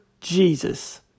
Jesus